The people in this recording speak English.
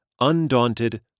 Undaunted